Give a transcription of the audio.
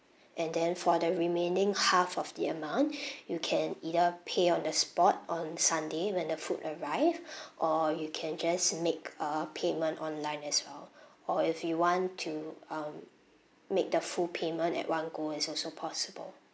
and then for the remaining half of the amount you can either pay on the spot on sunday when the food arrive or you can just make uh payment online as well or if you want to um make the full payment at one go is also possible